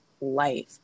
life